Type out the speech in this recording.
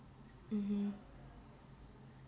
mmhmm